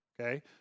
Okay